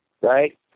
Right